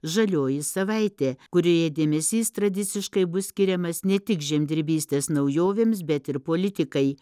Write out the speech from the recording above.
žalioji savaitė kurioje dėmesys tradiciškai bus skiriamas ne tik žemdirbystės naujovėms bet ir politikai